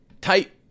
tight